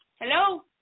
Hello